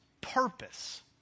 purpose